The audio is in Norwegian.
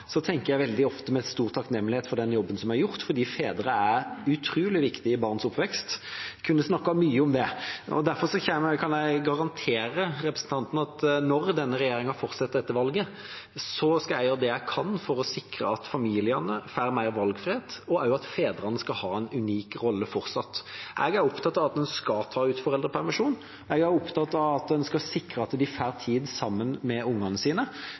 tenker jeg veldig ofte med stor takknemlighet på den jobben som er gjort, fordi fedre er utrolig viktige i barns oppvekst. Jeg kunne snakket mye om det. Derfor kan jeg garantere representanten at når denne regjeringa fortsetter etter valget, skal jeg gjøre det jeg kan for å sikre at familiene får mer valgfrihet, og også at fedrene fortsatt skal ha en unik rolle. Jeg er opptatt av at en skal ta ut foreldrepermisjon. Jeg er opptatt av at en skal sikre at de får tid sammen med ungene sine.